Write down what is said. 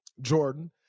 Jordan